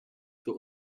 für